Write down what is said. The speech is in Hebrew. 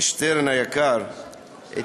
שטרן היקר, אלעזר.